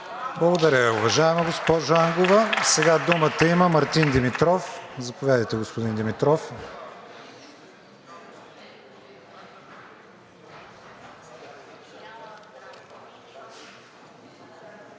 Благодаря, уважаема госпожо Ангова. Сега думата има Мартин Димитров. Заповядайте, господин Димитров.